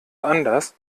anders